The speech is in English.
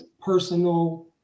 personal